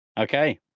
Okay